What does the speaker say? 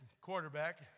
quarterback